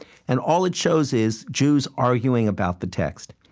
and all it shows is jews arguing about the text.